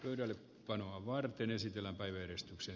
pöydälle panoa varten esitellä vain edustuksen